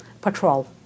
patrol